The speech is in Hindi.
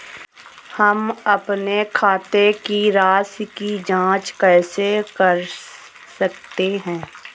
हम अपने खाते की राशि की जाँच कैसे कर सकते हैं?